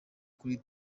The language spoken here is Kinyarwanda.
kuri